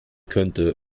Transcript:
könnte